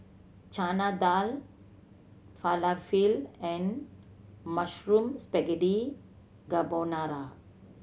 Chana Dal Falafel and Mushroom Spaghetti Carbonara